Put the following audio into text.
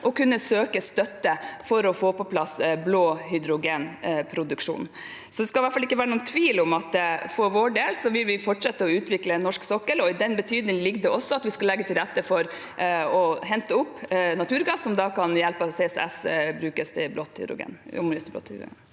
å kunne søke støtte for å få på plass blå hydrogenproduksjon. Det skal hvert fall ikke være noen tvil om at for vår del vil vi fortsette å utvikle norsk sokkel, og i den betydning ligger det også at vi skal legge til rette for å hente opp naturgass som ved hjelp av CCS kan omgjøres